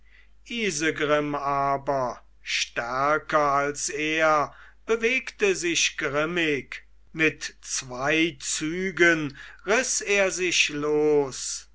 isegrim aber stärker als er bewegte sich grimmig mit zwei zügen riß er sich los